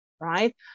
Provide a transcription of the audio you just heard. right